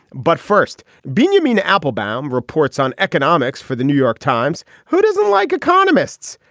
but first binyamin appelbaum reports on economics for the new york times. who doesn't like economists.